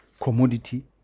commodity